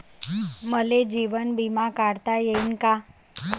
मले जीवन बिमा काढता येईन का?